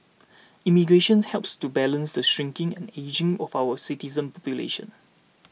immigration helps to balance the shrinking and ageing of our citizen population